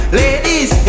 ladies